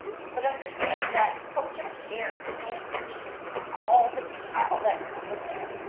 but understand that project share can't feed all the people that come in there.